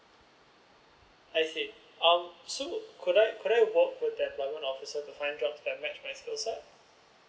I see um so could I could I walk with that government officer to find jobs that match my skill set